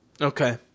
okay